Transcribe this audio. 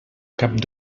cap